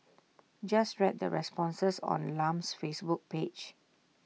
just read the responses on Lam's Facebook page